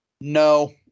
No